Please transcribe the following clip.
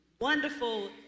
wonderful